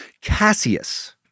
Cassius